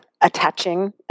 attaching